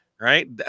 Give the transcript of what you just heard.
Right